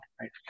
right